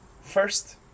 first